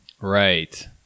Right